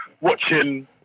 watching